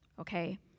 okay